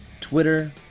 Twitter